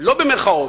לא במירכאות,